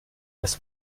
des